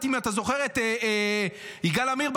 אם אתה זוכר את יגאל עמיר,